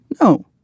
no